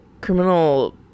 criminal